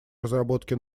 разработки